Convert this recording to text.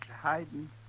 hiding